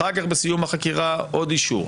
אחר כך בסיום החקירה, עוד אישור.